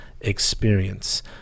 experience